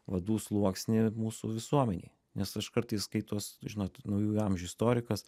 vadų sluoksnį mūsų visuomenėj nes aš kartais kai tuos žinot naujųjų amžių istorikas